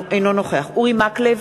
אינו נוכח אורי מקלב,